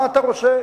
מה אתה רוצה,